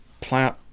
plant